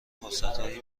فرصتهای